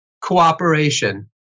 cooperation